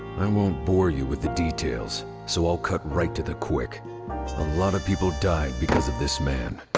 i won't bore you with the details. so i'll cut right to the quick a lot of people died because of this man.